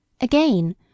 Again